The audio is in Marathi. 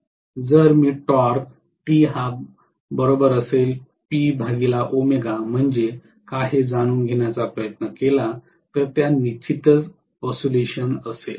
तर जर मी टॉर्क म्हणजे काय हे जाणून घेण्याचा प्रयत्न केला तर त्या निश्चितच ओसिलेशन्स असेल